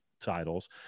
titles